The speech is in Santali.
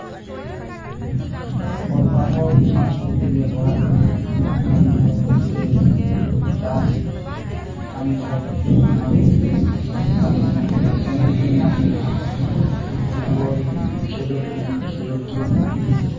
ᱟᱨ ᱚᱞ ᱯᱟᱲᱦᱟᱣ ᱥᱟᱶᱼᱥᱟᱶ ᱛᱮ ᱚᱲᱟᱜ ᱨᱮᱱᱟᱜ ᱡᱟᱦᱟᱸ ᱠᱟᱢᱤ ᱠᱚ ᱥᱮ ᱪᱟᱥ ᱠᱟᱢᱤ ᱠᱚ ᱚᱱᱟ ᱠᱩᱧ ᱠᱟᱢᱤᱭ ᱥᱚᱢᱚᱭ ᱠᱩᱧ ᱧᱟᱢ ᱞᱮᱠᱷᱟᱱ ᱯᱷᱩᱴᱵᱚᱞ ᱠᱷᱮᱸᱞᱳᱰ ᱦᱚᱸᱧ ᱠᱷᱮᱸᱞᱳᱰ ᱜᱮᱭᱟ